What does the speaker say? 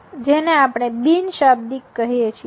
જેને આપણે બિનશાબ્દિક કહીએ છીએ